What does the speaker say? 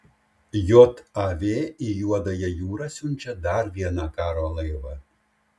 jav į juodąją jūrą siunčia dar vieną karo laivą